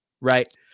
right